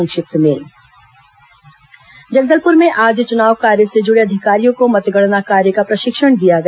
संक्षिप्त समाचार जगदलपुर में आज चुनाव कार्य से जुड़े अधिकारियों को मतगणना कार्य का प्रशिक्षण दिया गया